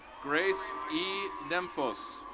grace e. nemphos.